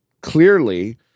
clearly